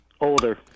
Older